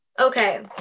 Okay